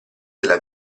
della